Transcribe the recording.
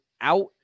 out